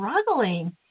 struggling